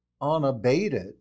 unabated